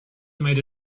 made